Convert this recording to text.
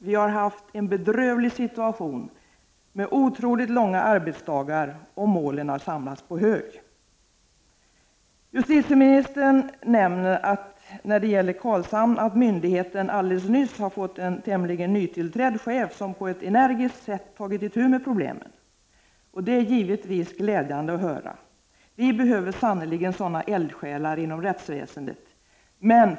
Vi har haft en bedrövlig situation med otroligt långa arbetsdagar och målen har samlats på hög.” Justitieministern nämner när det gäller Karlshamn att myndigheten alldeles nyss har fått en tämligen nytillträdd chef som på ett energiskt sätt tagit itu med problemen. Det är givetvis glädjande att höra. Vi behöver sannerligen sådana eldsjälar inom rättsväsendet.